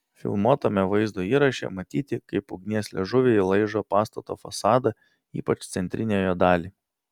filmuotame vaizdo įraše matyti kaip ugnies liežuviai laižo pastato fasadą ypač centrinę jo dalį